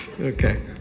Okay